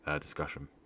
discussion